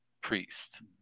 Priest